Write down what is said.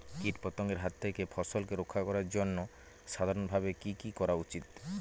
কীটপতঙ্গের হাত থেকে ফসলকে রক্ষা করার জন্য সাধারণভাবে কি কি করা উচিৎ?